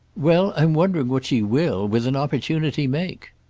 well, i'm wondering what she will with an opportunity make.